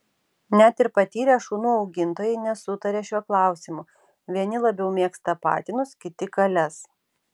net ir patyrę šunų augintojai nesutaria šiuo klausimu vieni labiau mėgsta patinus kiti kales